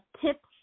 tips